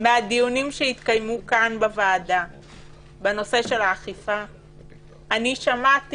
מהדיונים שהתקיימו כאן בוועדה בנושא של האכיפה שמעתי